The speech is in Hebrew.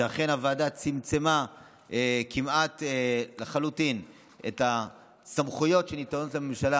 שאכן הוועדה צמצמה כמעט לחלוטין את הסמכויות שניתנות לממשלה